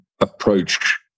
approach